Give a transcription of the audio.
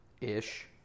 Ish